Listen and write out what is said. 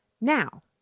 now